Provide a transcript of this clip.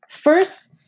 First